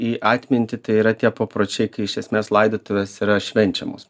į atmintį tai yra tie papročiai kai iš esmės laidotuvės yra švenčiamos